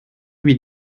lui